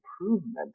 improvement